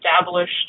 established